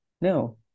No